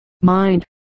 mind